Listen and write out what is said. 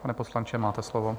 Pane poslanče, máte slovo.